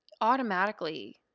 automatically